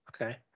Okay